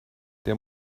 der